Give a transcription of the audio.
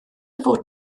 fod